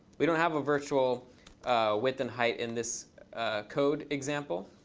we don't have a virtual width and height in this code example.